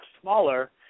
smaller